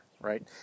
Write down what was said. right